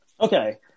Okay